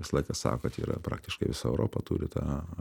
visą laiką sako tai yra praktiškai visa europa turi tą